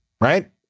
Right